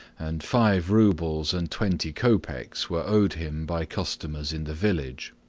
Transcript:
and five roubles and twenty kopeks were owed him by customers in the village.